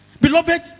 Beloved